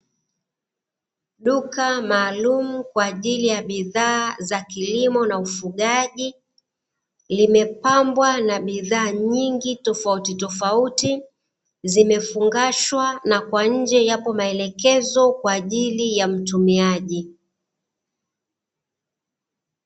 Duka malumu kwa ajili bidhaa za kilimo na ufugaji, limepambwa na bidhaa nyingi tofautitofauti, zimefungashwa na kwa nje yapo malekezo kwa ajili ya mtumiaji.